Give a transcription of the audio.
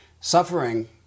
suffering